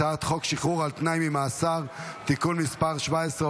הצעת חוק שחרור על תנאי ממאסר (תיקון מס' 17,